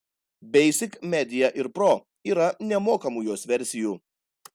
basic media ir pro yra nemokamų jos versijų